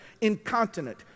incontinent